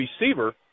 receiver